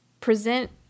present